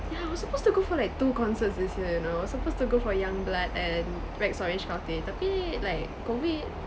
yeah I was supposed to go for like two concerts this year you know I was supposed to go for yungblud and rex orange county tapi like COVID